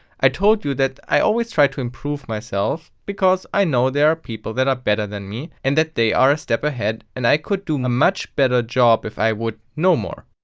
i told you that i always try to improve myself because i know there are people that are better than me, and that are a step ahead and i could do a much better job if i would know more.